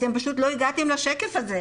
אתם פשוט לא הגעתם לשקף הזה.